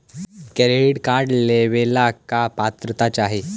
Credit card लेवेला का पात्रता चाही?